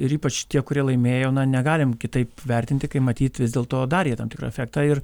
ir ypač tie kurie laimėjo na negalim kitaip vertinti kai matyt vis dėlto darė jie tam tikrą efektą ir